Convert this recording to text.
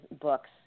books